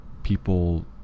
People